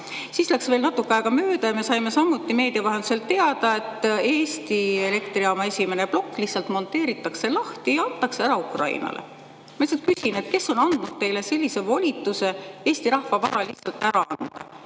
jääb. Läks natuke aega mööda, ja me saime samuti meedia vahendusel teada, et Eesti Elektrijaama esimene plokk lihtsalt monteeritakse lahti ja antakse ära Ukrainale. Ma lihtsalt küsin: kes on andnud teile sellise volituse Eesti rahva vara lihtsalt ära anda?